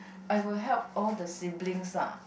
I would help all the siblings lah